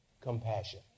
compassion